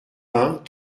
pins